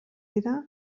dira